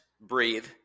breathe